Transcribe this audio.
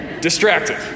distracted